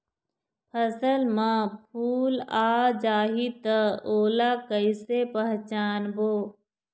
फसल म फूल आ जाही त ओला कइसे पहचानबो?